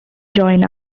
join